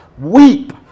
weep